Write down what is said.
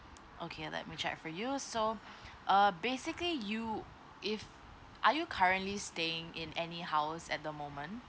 okay let me check for you so err basically you if are you currently staying in any house at the moment